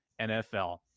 NFL